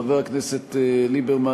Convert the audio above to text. חבר הכנסת ליברמן,